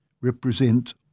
represent